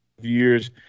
years